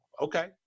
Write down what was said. okay